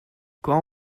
quand